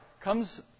comes